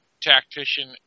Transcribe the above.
tactician